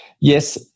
Yes